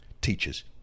teachers